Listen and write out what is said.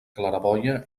claraboia